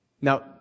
Now